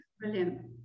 Brilliant